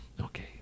Okay